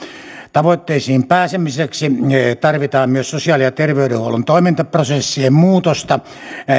tavoitteisiin pääsemiseksi tarvitaan myös sosiaali ja terveydenhuollon toimintaprosessien muutosta